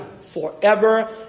forever